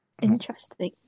interesting